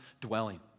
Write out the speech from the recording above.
dwelling